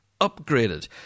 upgraded